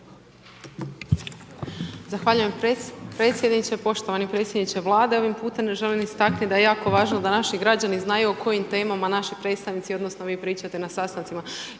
Zahvaljujem predsjedniče, poštovani predsjedniče Vlade. Ovim putem želim istaknut da je jako važno da naši građani znaju o kojim temama naši predstavnici odnosno vi pričate na sastancima